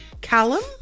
Callum